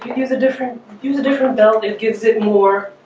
here's a different use a different belt. it gives it more